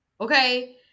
Okay